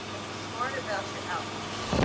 and be smart about your outreach.